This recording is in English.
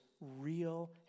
real